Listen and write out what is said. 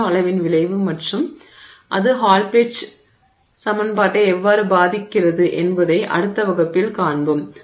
நானோ அளவின் விளைவு மற்றும் அது ஹால் பெட்ச் சமன்பாட்டை எவ்வாறு பாதிக்கிறது என்பதை அடுத்த வகுப்பில் காண்போம்